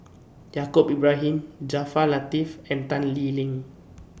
Yaacob Ibrahim Jaafar Latiff and Tan Lee Leng